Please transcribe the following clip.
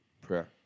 prayer